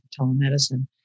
telemedicine